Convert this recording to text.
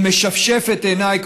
אני משפשף את עיניי",